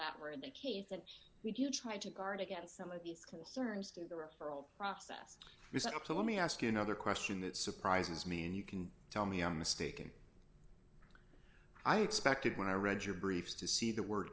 that were the case and we do try to guard against some of these concerns to the referral process is up to let me ask you another question that surprises me and you can tell me i'm mistaken i expected when i read your briefs to see the word